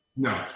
No